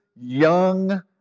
young